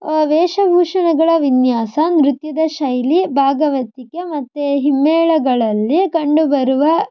ವೇಷಭೂಷಣಗಳ ವಿನ್ಯಾಸ ನೃತ್ಯದ ಶೈಲಿ ಭಾಗವತಿಕೆ ಮತ್ತು ಹಿಮ್ಮೇಳಗಳಲ್ಲಿ ಕಂಡುಬರುವ